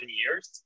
years